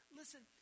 listen